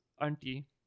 Auntie